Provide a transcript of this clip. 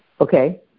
Okay